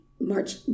March